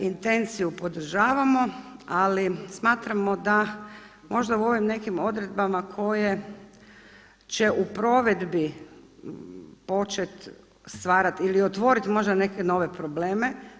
Intenciju podržavamo ali smatramo da možda u ovim nekim odredbama koje će u provedbi počet stvarat ili otvorit možda neke nove probleme.